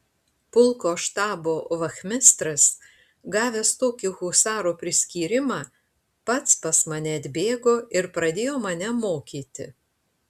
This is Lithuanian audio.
pulko štabo vachmistras gavęs tokį husaro priskyrimą pats pas mane atbėgo ir pradėjo mane mokyti